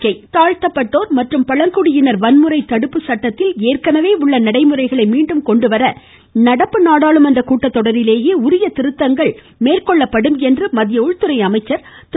ராஜ்நாத்சிங் தாழ்த்தப்பட்டோர் மற்றும் பழங்குடியினர் வன்முறை தடுப்பு சட்டத்தில் ஏற்கெனவே உள்ள நடைமுறைகளை மீண்டும் கொண்டு வர நடப்பு நாடாளுமன்ற கூட்டத்தொடரிலேயே உரிய திருத்தங்கள் கொண்டுவரப்படும் என்று மததிய உள்துறை அமைச்சர் திரு